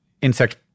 insect